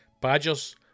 Badgers